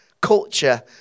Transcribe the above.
culture